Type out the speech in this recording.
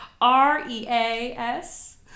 r-e-a-s